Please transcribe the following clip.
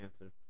answer